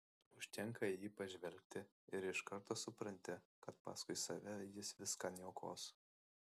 užtenka į jį pažvelgti ir iš karto supranti kad paskui save jis viską niokos